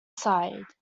side